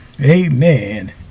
Amen